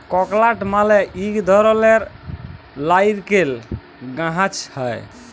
ককলাট মালে ইক ধরলের লাইরকেল গাহাচে হ্যয়